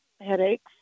Headaches